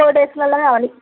four డేస్లో కావాలి